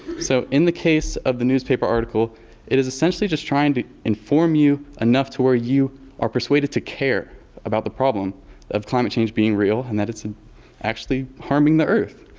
so, in the case of the newspaper article it is essentially just trying to inform you enough to where you are persuaded to care about the problem of climate change being real and that it's ah actually harming the earth.